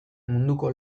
munduko